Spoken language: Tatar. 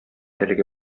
әлеге